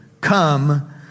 Come